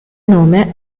nome